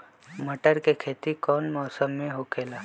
मटर के खेती कौन मौसम में होखेला?